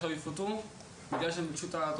אותם ילדים יחששו מזה שהם יפוטרו בגלל שהם ביקשו תוספת